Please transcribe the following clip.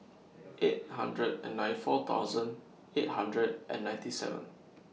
eight hundred and nine four thousand eight hundred and ninety seven